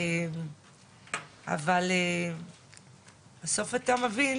אבל בסוף אתה מבין